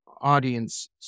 audiences